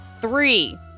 Three